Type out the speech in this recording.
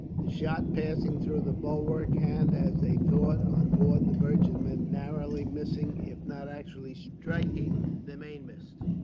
the shot passing through the bulwark, and, as they thought on board the merchantman, narrowly missing if not actually striking the mainmast.